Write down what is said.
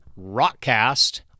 ROCKCAST